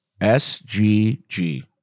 SGG